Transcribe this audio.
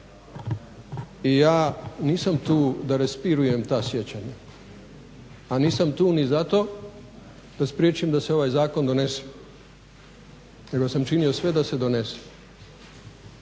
I ja nisam tu da raspirujem ta sjećanja, a nisam tu ni zato da spriječim da se ovaj zakon donese nego sam činio sve da se donese.